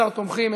11 תומכים.